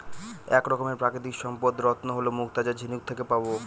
এক রকমের প্রাকৃতিক সম্পদ রত্ন হল মুক্তা যা ঝিনুক থেকে পাবো